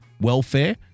welfare